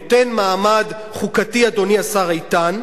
נותן מעמד חוקתי, אדוני השר איתן,